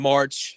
March